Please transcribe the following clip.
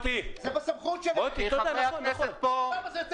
זה בסמכות שלהם, למה זה צריך להיות גם כאן?